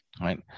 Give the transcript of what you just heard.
right